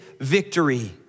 victory